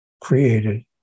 created